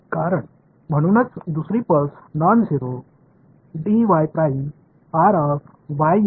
कारण म्हणूनच दुसरी पल्स नॉन झेरो आहे